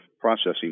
processing